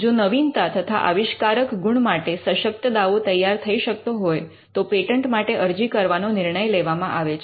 જો નવીનતા તથા આવિષ્કારક ગુણ માટે સશક્ત દાવો તૈયાર થઈ શકતો હોય તો પેટન્ટ માટે અરજી કરવાનો નિર્ણય લેવામાં આવે છે